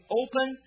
open